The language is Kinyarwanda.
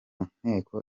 nteko